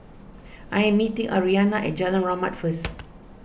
I am meeting Arianna at Jalan Rahmat first